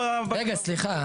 זאת אמירה מאוד חמורה.